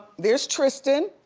there's tristan,